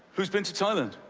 who's been to thailand?